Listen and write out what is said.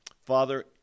Father